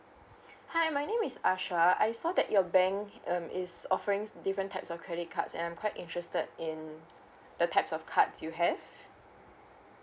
hi my name is asha I saw that your bank um is offerings different types of credit cards and I'm quite interested in the types of cards you have